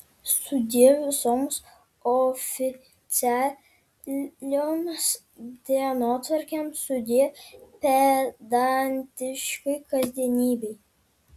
sudie visoms oficialioms dienotvarkėms sudie pedantiškai kasdienybei